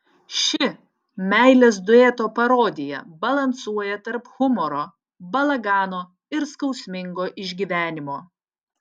ši meilės dueto parodija balansuoja tarp humoro balagano ir skausmingo išgyvenimo